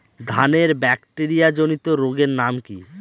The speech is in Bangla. ধানের ব্যাকটেরিয়া জনিত রোগের নাম কি?